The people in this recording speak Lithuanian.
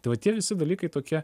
tai va tie visi dalykai tokie